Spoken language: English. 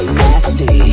nasty